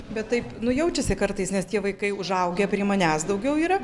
bet taip nu jaučiasi kartais nes tie vaikai užaugę prie manęs daugiau yra